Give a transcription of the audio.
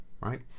right